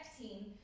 team